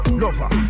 lover